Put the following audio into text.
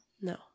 No